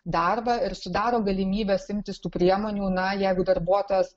darbą ir sudaro galimybes imtis tų priemonių na jeigu darbuotojas